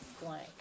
blank